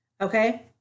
Okay